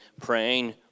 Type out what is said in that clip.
praying